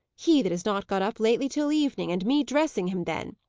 he that has not got up lately till evening, and me dressing him then!